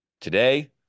Today